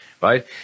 right